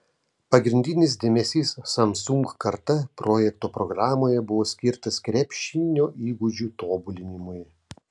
pagrindinis dėmesys samsung karta projekto programoje buvo skirtas krepšinio įgūdžių tobulinimui